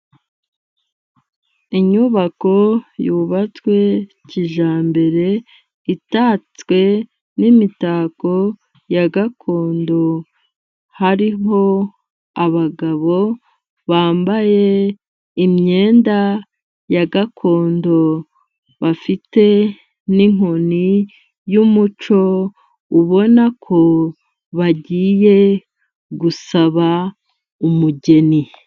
Inyubako yubatswe kijyambere itatswe n'imitako ya gakondo, hariho abagabo bambaye imyenda ya gakondo, bafite n'inkoni y'umuco, ubona ko bagiye gusaba umugeni.